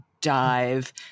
dive